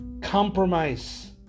compromise